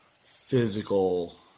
physical